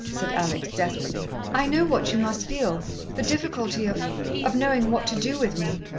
said alex desperately, i know what you must feel the difficulty of of knowing what to do with me.